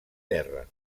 terra